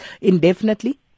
indefinitely